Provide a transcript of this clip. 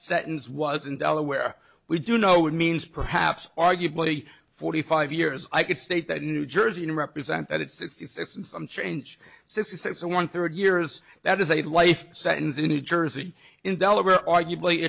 sentence was in delaware we do know it means perhaps arguably forty five years i could state that new jersey represent that it's in some change sixty six and one third years that is a life sentence in new jersey in delaware arguably